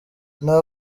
nta